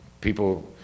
people